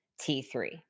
T3